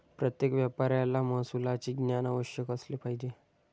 प्रत्येक व्यापाऱ्याला महसुलाचे ज्ञान अवश्य असले पाहिजे